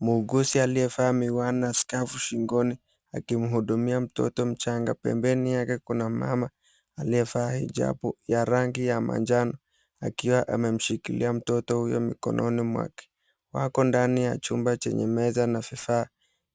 Muuguzi aliyevaa miwani na skafu shingoni, akimhudumia mtoto mchanga. Pembeni yake kuna mama aliyevaa hijabu ya rangi ya manjano, akiwa amemshikilia mtoto huyo mikononi mwake. Wako ndani ya chumba chenye meza na vifaa